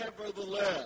Nevertheless